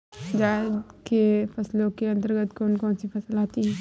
जायद की फसलों के अंतर्गत कौन कौन सी फसलें आती हैं?